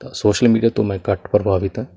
ਤਾਂ social media ਤੋਂ ਮੈਂ ਘੱਟ ਪ੍ਰਭਾਵਿਤ ਹਾਂ